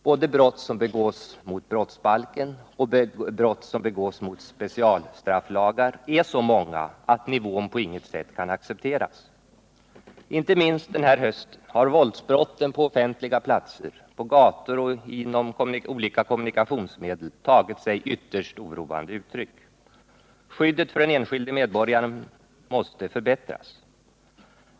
Både brott som begås mot brottsbalken och brott som begås mot specialstrafflagar är så många att nivån på intet sätt kan accepteras. Inte minst denna höst har våldsbrotten på offentliga platser, på gator och inom olika kommunikationsmedel tagit sig ytterst oroande uttryck. Skyddet för den enskilde medborgaren måste förbättras.